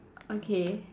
okay